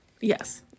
Yes